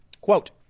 Quote